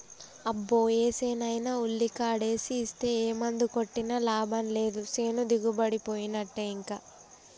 అబ్బో ఏసేనైనా ఉల్లికాడేసి ఇస్తే ఏ మందు కొట్టినా లాభం లేదు సేను దిగుబడిపోయినట్టే ఇంకా